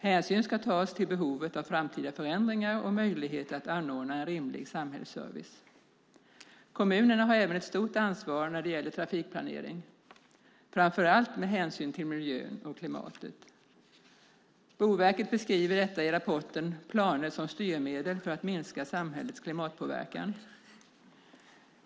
Hänsyn ska tas till behovet av framtida förändringar och möjlighet att anordna en rimlig samhällsservice. Kommunerna har även ett stort ansvar när det gäller trafikplanering, framför allt med hänsyn till miljön och klimatet. Boverket beskriver detta i rapporten Planer som styrmedel för att minska samhällets klimatpåverkan .